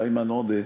איימן עודה.